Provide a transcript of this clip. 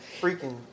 freaking